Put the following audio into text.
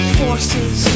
forces